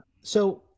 So-